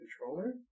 controller